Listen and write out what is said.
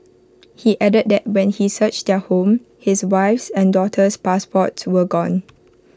he added that when he searched their home his wife's and daughter's passports were gone